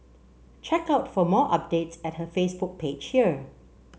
check out for more updates at her Facebook page here